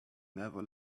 never